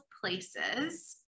places